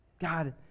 God